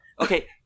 Okay